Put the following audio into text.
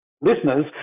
listeners